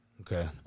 Okay